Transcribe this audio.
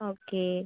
okay